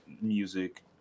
Music